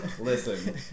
Listen